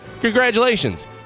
congratulations